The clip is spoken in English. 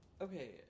okay